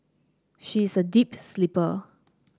she is a deep sleeper